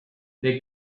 they